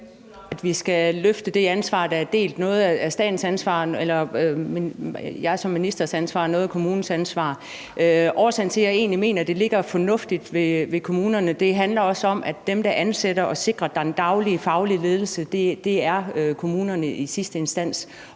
vi skal løfte det ansvar, der er delt. Noget er statens ansvar og mit ansvar som minister; noget er kommunens ansvar. Årsagen til, at jeg egentlig mener, det ligger fornuftigt ved kommunerne, er også, at dem, der ansætter og sikrer, at der er den daglige, faglige ledelse, i sidste instans